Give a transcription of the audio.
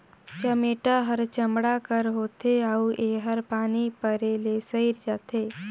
चमेटा हर चमड़ा कर होथे अउ एहर पानी परे ले सइर जाथे